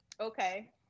okay